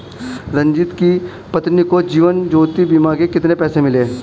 रंजित की पत्नी को जीवन ज्योति बीमा के कितने पैसे मिले?